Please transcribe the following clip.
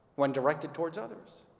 when directed towards others.